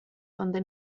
donde